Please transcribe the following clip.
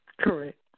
Correct